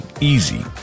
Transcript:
easy